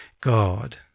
God